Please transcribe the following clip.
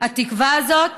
התקווה הזאת